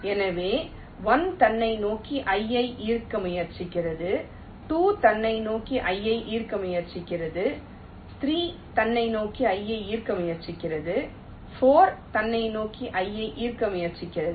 எனவே 1 தன்னை நோக்கி iயை ஈர்க்க முயற்சிக்கிறது 2 தன்னை நோக்கி iயை ஈர்க்க முயற்சிக்கிறது 3 தன்னை நோக்கி iயை ஈர்க்க முயற்சிக்கிறது 4 தன்னை நோக்கி iயை ஈர்க்க முயற்சிக்கிறது